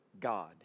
God